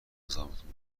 مزاحمتتون